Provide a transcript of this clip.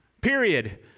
Period